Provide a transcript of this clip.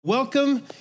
Welcome